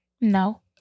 No